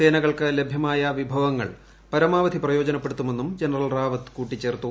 സേനകൾക്ക് ലഭ്യമായ വിഭവങ്ങൾ പരമാവധി പ്രയോജനപ്പെടുത്തുമെന്നും ജനറൽ റാവത്ത് കൂട്ടിച്ചേർത്തു